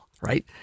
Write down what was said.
right